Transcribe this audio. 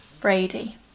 Brady